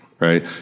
Right